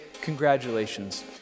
congratulations